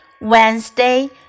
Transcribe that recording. Wednesday